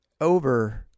over